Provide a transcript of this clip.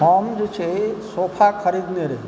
हम जे छै सोफा खरीदने रही